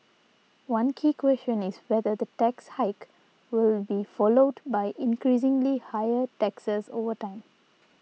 one key question is whether the tax hike will be followed by increasingly higher taxes over time